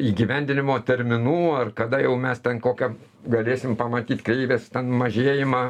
įgyvendinimo terminų ar kada jau mes ten kokią galėsim pamatyt kreivės ten mažėjimą